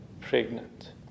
pregnant